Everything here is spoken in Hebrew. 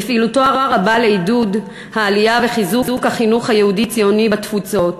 בפעילותו הרבה לעידוד העלייה וחיזוק החינוך היהודי-ציוני בתפוצות,